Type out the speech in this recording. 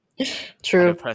True